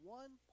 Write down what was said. one